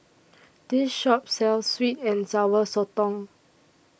This Shop sells Sweet and Sour Sotong